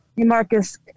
Marcus